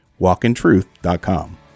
walkintruth.com